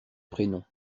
prénom